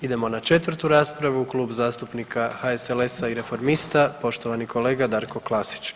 Idemo na 4 raspravu Klub zastupnika HSLS-a i Reformista, poštovani kolega Darko Klasić.